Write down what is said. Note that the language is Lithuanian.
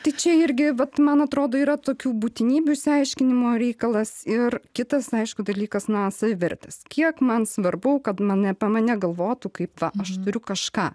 tai čia irgi vat man atrodo yra tokių būtinybių išsiaiškinimo reikalas ir kitas aišku dalykas na savivertės kiek man svarbu kad mane apie mane galvotų kaip tą aš turiu kažką